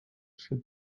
should